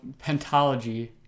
pentology